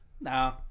Nah